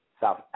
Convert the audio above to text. South